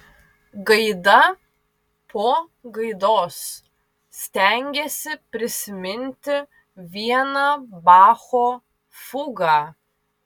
gaida po gaidos stengėsi prisiminti vieną bacho fugą